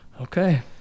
Okay